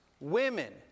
women